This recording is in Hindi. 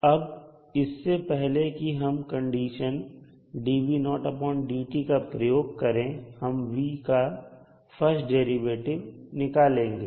अब इससे पहले कि हम कंडीशन का प्रयोग करें हम v का फर्स्ट डेरिवेटिव निकालेंगे